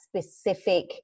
specific